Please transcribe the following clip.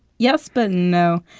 yes, but no.